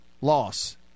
loss